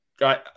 right